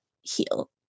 heal